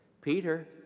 Peter